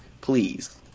Please